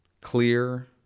clear